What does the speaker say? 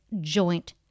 joint